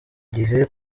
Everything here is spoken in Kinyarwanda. gihe